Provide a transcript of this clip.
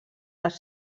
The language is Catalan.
les